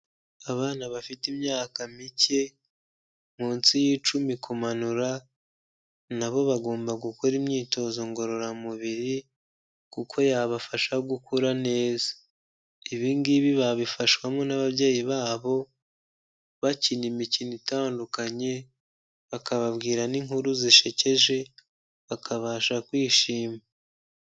Abana bafite imyaka mike munsi y'icumi kumanura nabo bagomba gukora imyitozo ngororamubiri kuko yabafasha gukura neza. ibi ngibi babifashwamo n'ababyeyi babo bakina imikino itandukanye, bakababwira n'inkuru zishekeje, bakabasha kwishima.